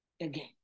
again